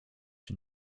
się